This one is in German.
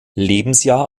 lebensjahr